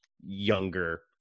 younger